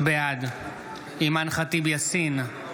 בעד אימאן ח'טיב יאסין,